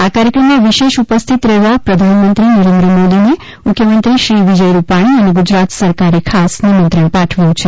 આ કાર્યક્રમમાં વિશેષ ઉપસ્થિત રહેવા પ્રધાનમંત્રી નરેન્દ્ર મોદીને મુખ્યમંત્રી શ્રી વિજય રૂપાણી અને ગુજરાત સરકારે ખાસ નિમંત્રણ પાઠવ્યું છે